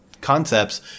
concepts